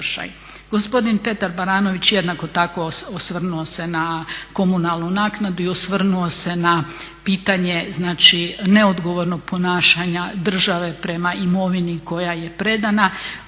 Gospodin Petar Baranović jednako tako osvrnuo se na komunalnu naknadu i osvrnuo se na pitanje znači neodgovornog ponašanja države prema imovini koja je predana,